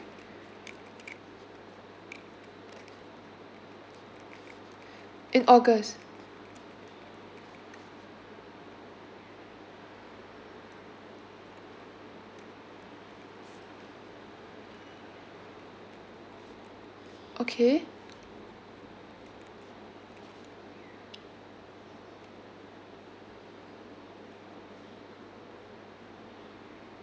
in august okay